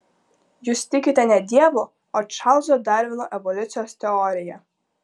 jūs tikite ne dievu o čarlzo darvino evoliucijos teorija